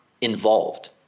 involved